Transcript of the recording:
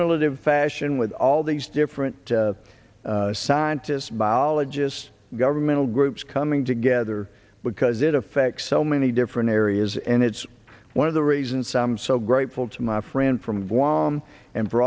e fashion with all these different scientists biologists governmental groups coming together because it affects so many different areas and it's one of the reasons i'm so grateful to my friend from guam and for